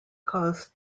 cause